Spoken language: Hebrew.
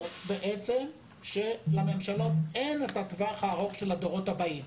החשדנות שלממשלות אין הטווח הארוך של הדורות הבאים.